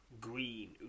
green